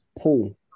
Paul